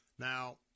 Now